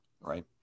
right